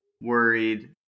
worried